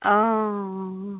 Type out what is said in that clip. অঁ